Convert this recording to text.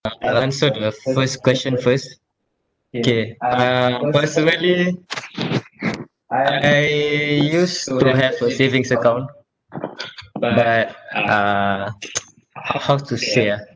I answered the first question first K uh personally uh I used to have a savings account but uh h~ how to say ah